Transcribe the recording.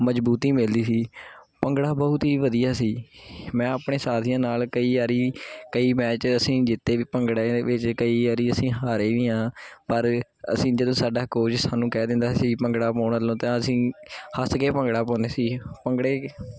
ਮਜ਼ਬੂਤੀ ਮਿਲਦੀ ਸੀ ਭੰਗੜਾ ਬਹੁਤ ਹੀ ਵਧੀਆ ਸੀ ਮੈਂ ਆਪਣੇ ਸਾਥੀਆਂ ਨਾਲ ਕਈ ਵਾਰੀ ਕਈ ਮੈਚ ਅਸੀਂ ਜਿੱਤੇ ਵੀ ਭੰਗੜੇ ਵਿੱਚ ਕਈ ਵਾਰੀ ਅਸੀਂ ਹਾਰੇ ਵੀ ਹਾਂ ਪਰ ਅਸੀਂ ਜਦੋਂ ਸਾਡਾ ਕੋਚ ਸਾਨੂੰ ਕਹਿ ਦਿੰਦਾ ਸੀ ਭੰਗੜਾ ਪਾਉਣਾ ਲ ਤਾਂ ਅਸੀਂ ਹੱਸ ਕੇ ਭੰਗੜਾ ਪਾਉਂਦੇ ਸੀ ਭੰਗੜੇ